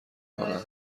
کنن